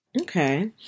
Okay